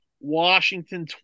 Washington